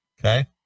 Okay